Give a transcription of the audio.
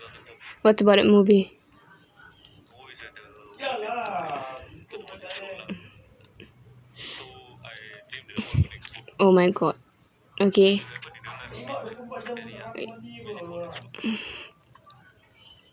what's about the movie oh my god okay